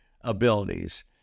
abilities